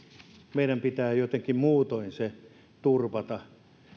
meidän pitää jotenkin muutoin se turvata